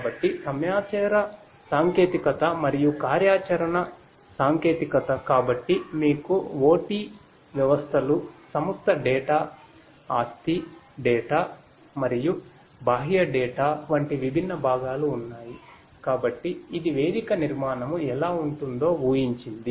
కాబట్టి ఇది వేదిక నిర్మాణము ఎలా ఉంటుందో ఊహించింది